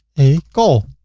a call.